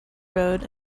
road